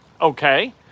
Okay